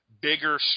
bigger